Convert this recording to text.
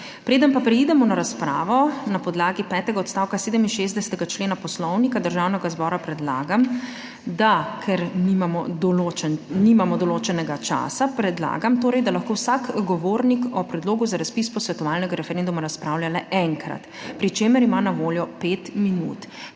Preden pa preidemo na razpravo na podlagi petega odstavka 67. člena Poslovnika Državnega zbora, predlagam, da ker nimamo določenega časa, da lahko vsak govornik o predlogu za razpis posvetovalnega referenduma razpravlja le enkrat, pri čemer ima na voljo 5 minut.